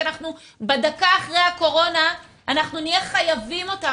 כי דקה אחרי הקורונה אנחנו נהיה חייבים אותם,